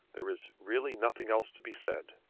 there is really nothing else to be said.